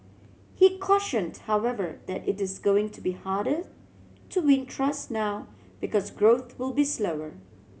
he cautioned however that it is going to be harder to win trust now because growth will be slower